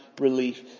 relief